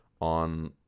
on